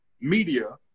media